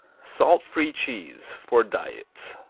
salt-free cheese, for diets